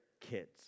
kids